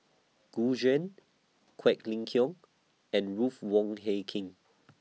Gu Juan Quek Ling Kiong and Ruth Wong Hie King